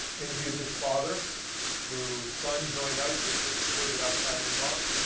interviewed this father whose son joined isis, was recruited outside his mosque.